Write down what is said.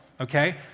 Okay